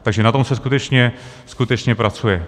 Takže na tom se skutečně, skutečně pracuje.